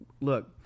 look